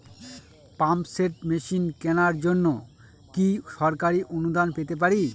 Pump set machine কেনার জন্য কি সরকারি অনুদান পেতে পারি?